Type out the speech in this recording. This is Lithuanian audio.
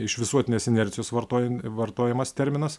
iš visuotinės inercijos vartojan vartojamas terminas